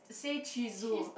say Cheezo